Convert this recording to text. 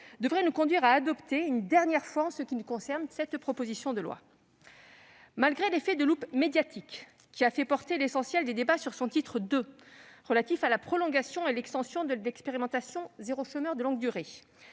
devrait nous conduire à adopter, une dernière fois en ce qui nous concerne, cette proposition de loi. Malgré l'effet de loupe médiatique qui a fait porter l'essentiel des débats sur son titre II, relatif à la prolongation et à l'extension de l'expérimentation « zéro chômeur de longue durée